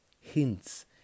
hints